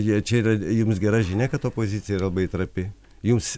jie čia yra jums gera žinia kad opozicija yra labai trapi jums